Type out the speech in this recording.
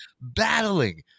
Battling